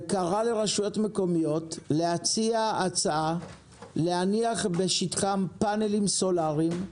וקרא לרשויות מקומיות להציע הצעה להניח בשטחן פאנלים סולאריים,